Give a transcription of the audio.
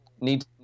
need